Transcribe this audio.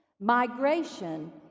migration